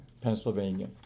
pennsylvania